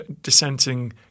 dissenting